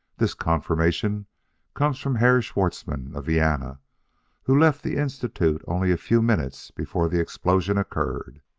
this confirmation comes from herr schwartzmann of vienna who left the institute only a few minutes before the explosion occurred